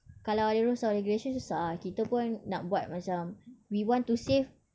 kalau ada rules or regulations susah ah kita pun nak buat macam we want to save